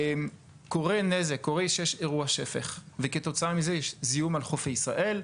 קורה שיש אירוע שפך וכתוצאה מזה יש זיהום על חופי ישראל.